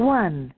one